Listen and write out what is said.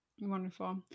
Wonderful